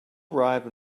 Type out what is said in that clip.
arrive